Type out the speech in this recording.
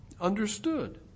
understood